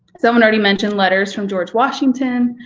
someone already mentioned letters from george washington.